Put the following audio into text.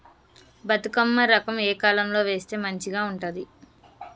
బతుకమ్మ రకం ఏ కాలం లో వేస్తే మంచిగా ఉంటది?